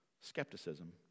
Skepticism